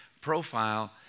profile